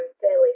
fairly